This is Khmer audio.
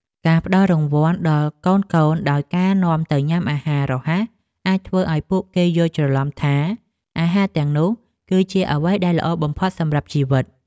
ការផ្តល់រង្វាន់ដល់កូនៗដោយការនាំទៅញ៉ាំអាហាររហ័សអាចធ្វើឲ្យពួកគេយល់ច្រឡំថាអាហារទាំងនោះគឺជាអ្វីដែលល្អបំផុតសម្រាប់ជីវិត។